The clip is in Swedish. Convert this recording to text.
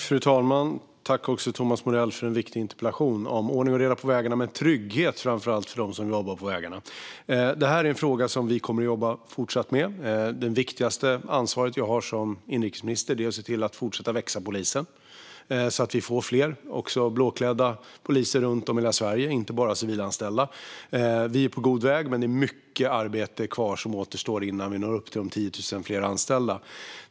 Fru talman! Tack, Thomas Morell, för en viktig interpellation om ordning och reda på vägarna! Framför allt handlar det om trygghet för dem som arbetar på vägarna. Denna fråga kommer vi även fortsättningsvis att jobba med. Det viktigaste ansvar jag har som inrikesminister är att se till att polisen fortsätter att växa, så att vi får fler. Det behövs även fler blåklädda poliser runt om i hela Sverige, inte bara civilanställda. Vi är på god väg, men mycket arbete återstår innan vi når upp till de 10 000 fler anställda.